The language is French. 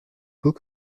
beau